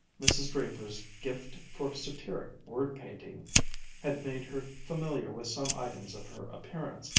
mrs. draper's gift for satiric word-painting had made her familiar with some items of her appearance,